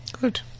Good